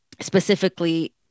specifically